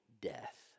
death